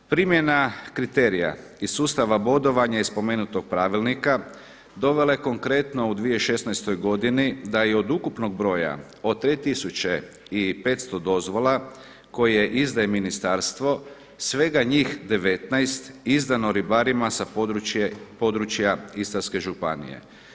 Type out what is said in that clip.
Primjena kriterija i sustav bodovanja iz spomenutog pravilnika dovela je konkretno u 2016. godini da i od ukupnog broja od 3 500 dozvola koje izdaje Ministarstvo svega njih 19 izdano ribarima sa područja Istarske županije.